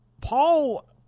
Paul